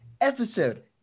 episode